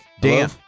Dan